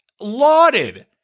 lauded